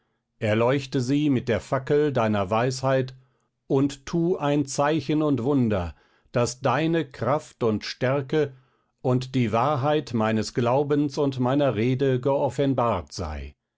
erleuchte sie mit der fackel deiner weisheit und tu ein zeichen und wunder daß deine kraft und stärke und die wahrheit meines glaubens und meiner rede geoffenbart sei